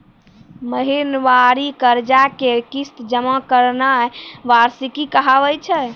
महिनबारी कर्जा के किस्त जमा करनाय वार्षिकी कहाबै छै